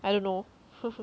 I don't know